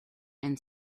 and